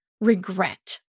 regret